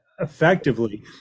effectively